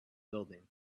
building